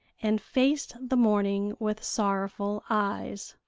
and faced the morning with sorrowful eyes.